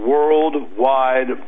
worldwide